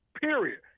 period